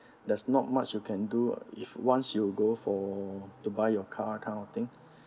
there's not much you can do if once you go for to buy your car kind of thing